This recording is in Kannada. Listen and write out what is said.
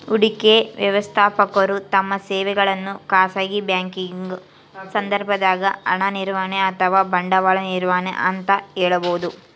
ಹೂಡಿಕೆ ವ್ಯವಸ್ಥಾಪಕರು ತಮ್ಮ ಸೇವೆಗಳನ್ನು ಖಾಸಗಿ ಬ್ಯಾಂಕಿಂಗ್ ಸಂದರ್ಭದಾಗ ಹಣ ನಿರ್ವಹಣೆ ಅಥವಾ ಬಂಡವಾಳ ನಿರ್ವಹಣೆ ಅಂತ ಹೇಳಬೋದು